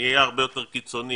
אני אהיה הרבה יותר קיצוני.